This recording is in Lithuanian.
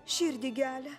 širdį gelia